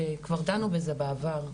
שכבר דנו בזה בעבר,